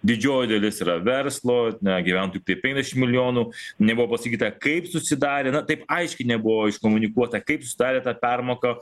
didžioji dalis yra verslo na gyventojų tiktai pemdiašim milijonų nebuvo pasakyta kaip susidarė na taip aiškiai nebuvo iškomunikuota kaip susidarė ta permoka